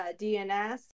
DNS